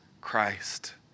Christ